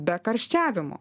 be karščiavimo